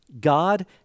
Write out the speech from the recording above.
God